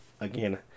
again